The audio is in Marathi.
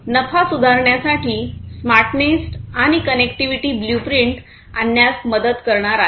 नफा सुधारण्यासाठी स्मार्टनेस आणि कनेक्टिव्हिटी ब्ल्यू प्रिंट आणण्यास मदत करणार आहे